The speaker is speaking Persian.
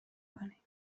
کنی